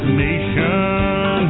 nation